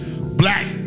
black